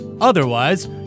Otherwise